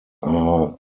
are